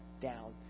down